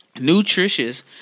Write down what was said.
nutritious